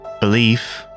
belief